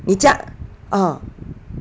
你家 uh